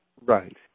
Right